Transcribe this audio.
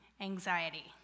anxiety